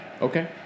Okay